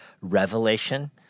revelation